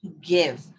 give